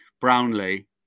Brownlee